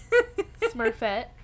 Smurfette